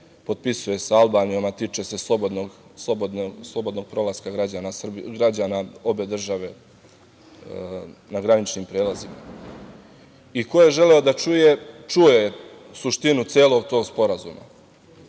potpisuje sa Albanijom, a tiče se slobodnog prolaska građana obe države na graničnim prelazima. Ko je želeo da čuje, čuo je suštinu celog tog Sporazuma. Ja